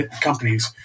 companies